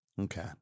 Okay